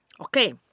Okay